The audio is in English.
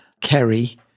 Kerry